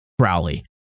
Crowley